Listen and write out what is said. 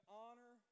honor